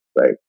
right